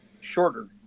shorter